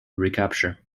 recapture